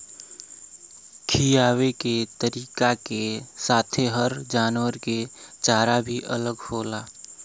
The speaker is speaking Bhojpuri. खिआवे के तरीका के साथे हर जानवरन के चारा भी अलग होला